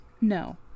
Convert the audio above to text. No